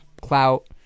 clout